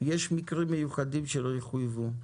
יש מקרים מיוחדים שלא יחויבו.